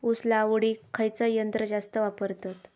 ऊस लावडीक खयचा यंत्र जास्त वापरतत?